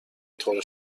طور